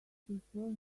prefer